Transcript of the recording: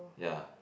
ya